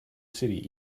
city